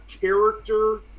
character